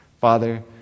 Father